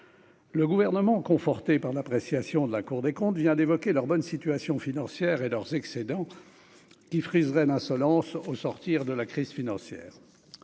le gouvernement conforté par l'appréciation de la Cour des comptes vient d'évoquer leur bonne situation financière et d'ores excédents qui friserait l'insolence au sortir de la crise financière,